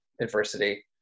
adversity